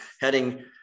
heading